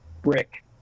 brick